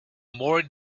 more